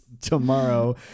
tomorrow